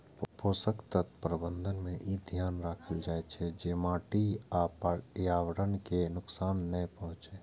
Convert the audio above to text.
पोषक तत्व प्रबंधन मे ई ध्यान राखल जाइ छै, जे माटि आ पर्यावरण कें नुकसान नै पहुंचै